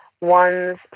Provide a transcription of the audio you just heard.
one's